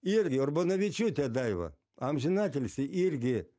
irgi urbanavičiūtė daiva amžinatilsį irgi